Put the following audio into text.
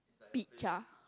beach ah